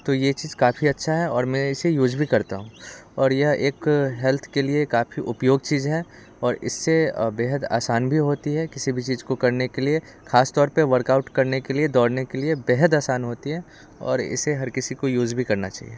तो ये चीज काफ़ी अच्छा है और मैं इसे यूज भी करता हूँ और यह एक हेल्थ लिए काफ़ी उपयोग चीज है और इससे बेहद आसान भी होती है किसी भी चीज को करने के लिए खास तौर पे वर्कआउट करने के लिए दौड़ने के लिए बेहद असान होती है और इसे हर किसी को यूज भी करना चहिए